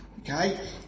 Okay